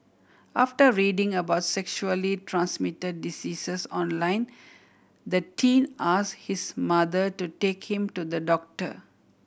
after reading about sexually transmitted diseases online the teen asked his mother to take him to the doctor